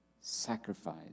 sacrifice